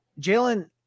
Jalen